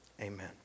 Amen